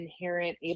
inherent